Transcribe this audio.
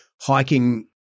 hiking